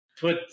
put